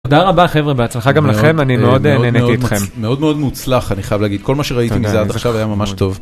תודה רבה חברה בהצלחה גם לכם, אני מאוד נהניתי אתכם. מאוד מאוד מוצלח אני חייב להגיד, כל מה שראיתי מזה עד עכשיו היה ממש טוב.